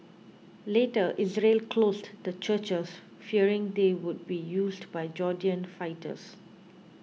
later Israel closed the churches fearing they would be used by Jordanian fighters